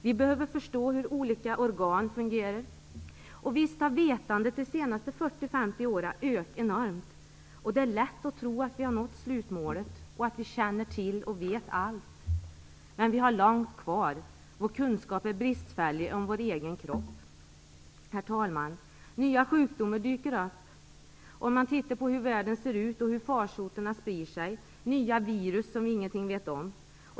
Vi behöver förstå hur olika organ fungerar. Visst har vetandet ökat enormt under de senaste 40-50 åren. Det är lätt att tro att vi nått slutmålet och att vi känner till och vet allt. Men vi har långt kvar. Vår kunskap om vår egen kropp är bristfällig. Herr talman! Nya sjukdomar dyker upp. Man kan se hur världen ser ut med farsoter som sprider sig och nya virus som vi inget vet om.